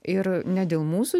ir ne dėl mūsų